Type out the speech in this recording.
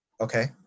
Okay